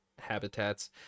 habitats